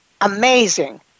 amazing